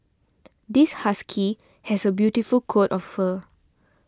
this husky has a beautiful coat of fur